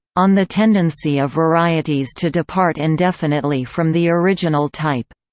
on the tendency of varieties to depart indefinitely from the original type,